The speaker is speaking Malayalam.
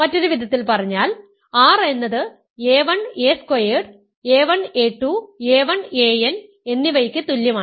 മറ്റൊരു വിധത്തിൽ പറഞ്ഞാൽ R എന്നത് a1 a squared a1 a2 a1 an എന്നിവയ്ക്ക് തുല്യമാണ്